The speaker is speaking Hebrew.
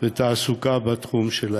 בתעסוקה בתחום שלהם.